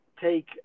take